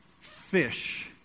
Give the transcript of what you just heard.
fish